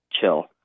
chill